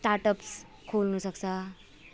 startups खोल्नुसक्छ